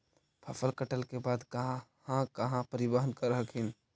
फसल कटल के बाद कहा कहा परिबहन कर हखिन?